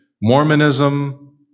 Mormonism